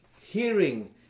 hearing